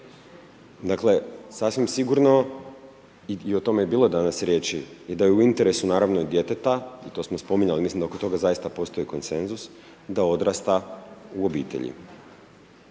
Dakle, sasvim sigurno i o tome je bilo danas riječi i da je u interesu naravno i djeteta i to smo spominjali, mislim da oko toga zaista postoji konsenzus, da odrasta u obitelji.